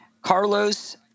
Carlos